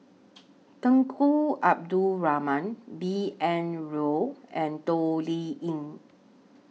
Tunku Abdul Rahman B N Rao and Toh Liying